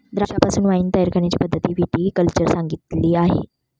द्राक्षांपासून वाइन तयार करण्याची पद्धतही विटी कल्चर सांगितली आहे